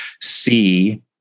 see